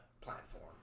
platform